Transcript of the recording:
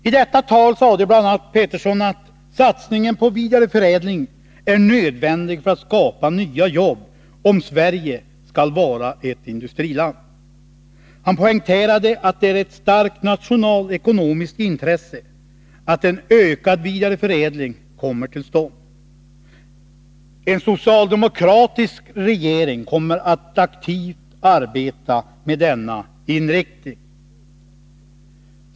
I detta anförande sade Thage Peterson att satsningen på vidareförädling är nödvändig för att skapa nya jobb om Sverige skall vara ett industriland. Han Nr 128 poängterade att det är ett starkt nationalekonomiskt intresse att en ökad Måndagen den vidareförädling kommer till stånd. En socialdemokratisk regering kommer 25 april 1983 att aktivt arbeta med denna inriktning.